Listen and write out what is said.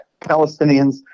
Palestinians